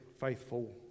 faithful